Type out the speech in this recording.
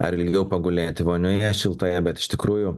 ar ilgiau pagulėti vonioje šiltoje bet iš tikrųjų